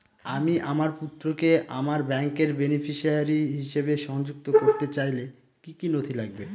আমি আমার পুত্রকে আমার ব্যাংকের বেনিফিসিয়ারি হিসেবে সংযুক্ত করতে চাইলে কি কী নথি লাগবে?